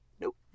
nope